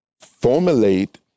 formulate